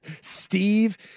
Steve